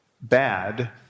bad